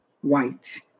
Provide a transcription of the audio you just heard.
white